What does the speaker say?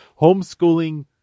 homeschooling